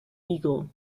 eagle